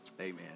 Amen